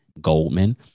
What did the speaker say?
Goldman